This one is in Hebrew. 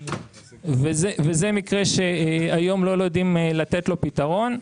וזה מקרה שהיום לא יודעים לתת לו פתרון.